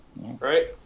Right